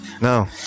No